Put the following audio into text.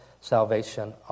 salvation